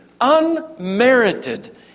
unmerited